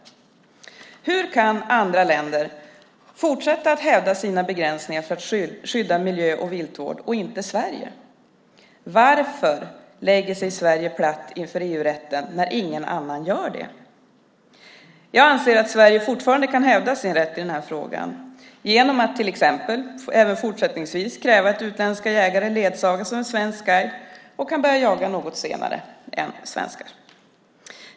Hur kan andra länder fortsätta att hävda sina begränsningar för att skydda miljö och viltvård och inte Sverige? Varför lägger sig Sverige platt inför EU-rätten när ingen annan gör det? Jag anser att Sverige fortfarande kan hävda sin rätt i den här frågan genom att till exempel även fortsättningsvis kräva att utländska jägare ledsagas av en svensk guide och börjar jaga något senare än svenskar.